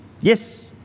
Yes